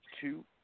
two